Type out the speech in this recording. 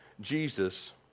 Jesus